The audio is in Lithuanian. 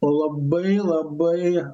o labai labai